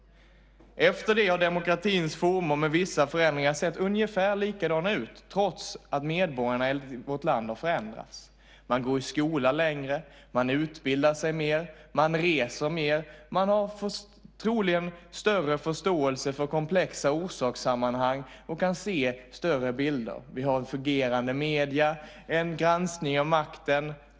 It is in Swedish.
Efter det har demokratins former med vissa förändringar sett ungefär likadana ut, trots att medborgarna i vårt land har förändrats. Man går i skola längre, man utbildar sig mer, man reser mer, och man har troligen större förståelse för komplexa orsakssammanhang och kan se större bilder. Vi har fungerande medier och en granskning av makten.